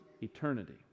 eternity